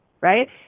right